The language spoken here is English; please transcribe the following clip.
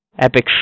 Epic